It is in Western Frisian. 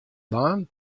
baan